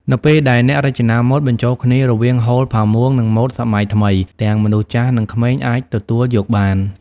នៅពេលដែលអ្នករចនាម៉ូដបញ្ចូលគ្នារវាង ហូល ផាមួង និងម៉ូដសម័យថ្មី ទាំងមនុស្សចាស់និងក្មេងអាចទទួលយកបាន។